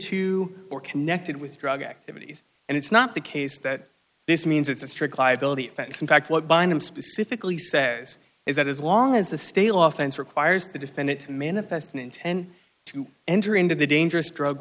to or connected with drug activities and it's not the case that this means it's a strict liability offense in fact what bind him specifically says is that as long as the state law things requires the defendant to manifest an intent to enter into the dangerous drug